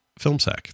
filmsack